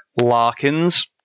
Larkins